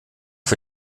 für